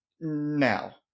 now